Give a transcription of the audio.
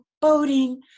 boating